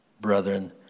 brethren